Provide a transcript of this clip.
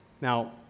Now